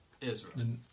Israel